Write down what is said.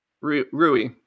Rui